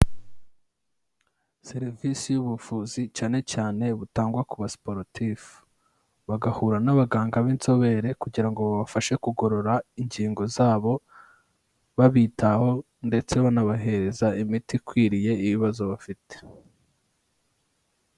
Serivisi y'ubuvuzi cyane cyane butangwa ku ba siporutifu. Bagahura n'abaganga b'inzobere kugira ngo babafashe kugorora ingingo zabo, babitaho ndetse banabahereza imiti ikwiriye ibibazo bafite.